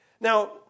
Now